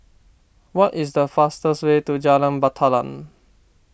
what is the fastest way to Jalan Batalong